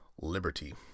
Liberty